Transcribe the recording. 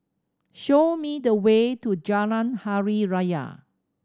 show me the way to Jalan Hari Raya